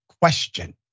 question